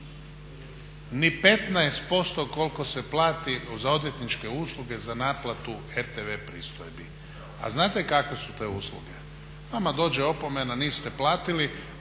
Ni 15% koliko se plati za odvjetniče usluge za naplatu RTV pristojbi. A znate kakve su te usluge? Vama dođe opomena, niste platili,